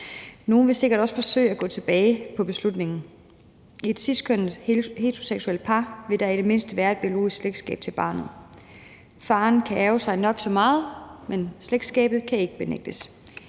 Nogle vil sikkert også forsøge at gå tilbage med hensyn til beslutningen. I et ciskønnet, heteroseksuelt par vil der i det mindste være et biologisk slægtskab til barnet. Faren kan ærgre sig nok så meget, men slægtskabet kan ikke benægtes.